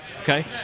Okay